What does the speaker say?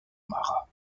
marat